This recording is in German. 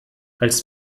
als